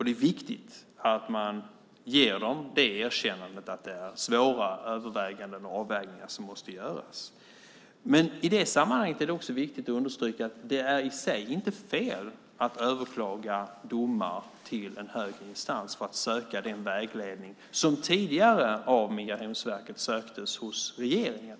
Det är viktigt att man ger dem det erkännandet att det är svåra överväganden och avvägningar som måste göras. Men i det sammanhanget är det också viktigt att understryka att det i sig inte är fel att överklaga domar till en högre instans för att söka den vägledning som tidigare av Migrationsverket söktes hos regeringen.